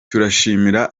turashimira